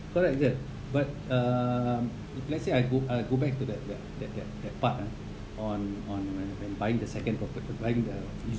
correct that but uh if let's say I go I go back to that that that that that part ah on on when buying the second proper~ buying the you